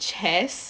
chess